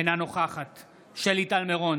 אינה נוכחת שלי טל מירון,